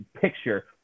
picture